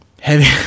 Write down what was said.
heavy